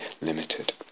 limited